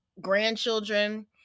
grandchildren